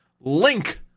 link